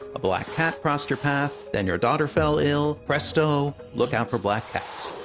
a black cat crossed your path, then your daughter fell ill presto, look out for black cats.